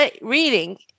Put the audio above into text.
reading